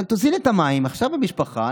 אבל תוזיל את המים עכשיו למשפחה.